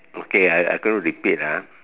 okay I I gonna repeat ah